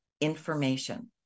information